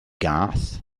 gath